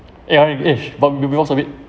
yeah it is but maybe most of it